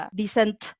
decent